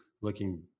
looking